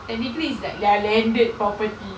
technically it's like their landed property